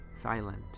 Silent